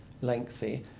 lengthy